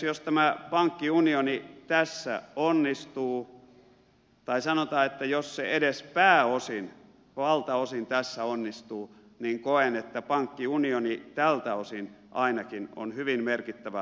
jos tämä pankkiunioni tässä onnistuu tai sanotaan että jos se edes pääosin valtaosin tässä onnistuu niin koen että pankkiunioni ainakin tältä osin on hyvin merkittävä harppaus eteenpäin